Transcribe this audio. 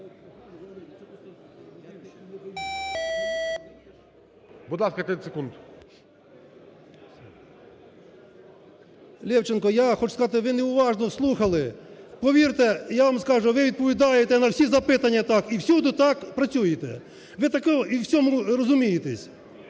Левченко, я хочу сказати, ви неуважно слухали. Повірте, я вам скажу, ви відповідаєте на всі запитання так і всюди так працюєте, і в цьому розумієтесь.